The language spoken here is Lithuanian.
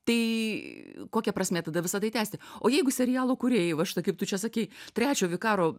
tai kokia prasmė tada visa tai tęsti o jeigu serialo kūrėjai va štai kaip tu čia sakei trečio vikaro